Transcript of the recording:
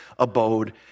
abode